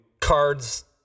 Cards